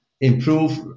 improve